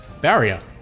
barrier